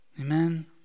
Amen